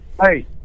hey